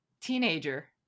teenager